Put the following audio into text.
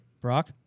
Brock